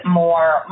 more